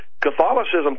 Catholicism